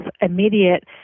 immediate